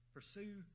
Pursue